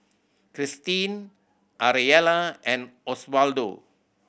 Kristine Ariella and Oswaldo